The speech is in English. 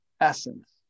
essence